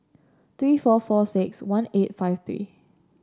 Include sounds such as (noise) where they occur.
three four four six one eight five (unintelligible)